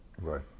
Right